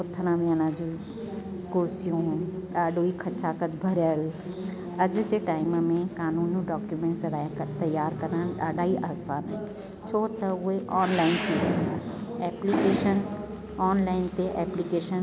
उथण वेहण जो कुर्सियूं ॾाढो ई खचाखच भरियल अॼु जे टाइम में कानूनी डॉक्यूमेंट्स राइ त तयार करणु ॾाढा ई आसानु आहिनि छो त उहे ऑनलाइन थी वेंदा एप्लीकेशन ऑनलाइन ते एप्लीकेशन